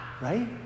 right